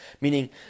Meaning